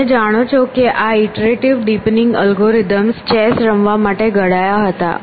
તમે જાણો છો કે આ ઈટરેટીવ ડીપનીંગ અલ્ગોરિધમ્સ ચેસ રમવા માટે ઘડાયા હતા